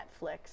Netflix